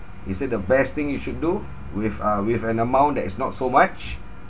he said the best thing you should do with uh with an amount that is not so much